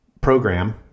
program